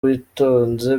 uwitonze